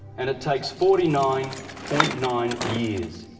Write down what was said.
and it takes forty nine point nine years.